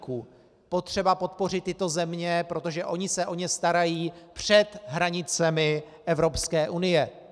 Je potřeba podpořit tyto země, protože ony se o ně starají před hranicemi Evropské unie.